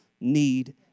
need